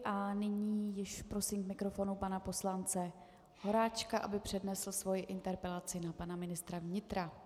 A nyní již prosím k mikrofonu pana poslance Horáčka, aby přednesl svoji interpelaci na pana ministra vnitra.